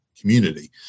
community